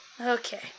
Okay